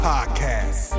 Podcast